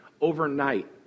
overnight